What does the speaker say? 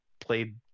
played